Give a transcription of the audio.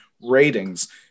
ratings